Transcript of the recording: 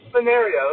scenario